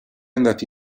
andata